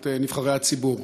את נבחרי הציבור.